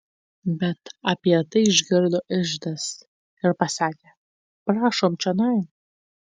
bet apie tai išgirdo iždas ir pasakė prašom čionai